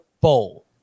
Bowl